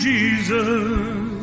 Jesus